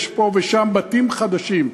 יש פה ושם בתים חדשים,